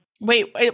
Wait